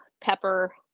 Pepper